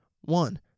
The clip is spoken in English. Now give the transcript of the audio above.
one